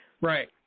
Right